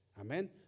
Amen